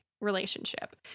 relationship